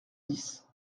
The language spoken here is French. dix